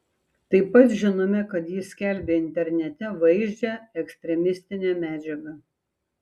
taip pat žinome kad jis skelbė internete vaizdžią ekstremistinę medžiagą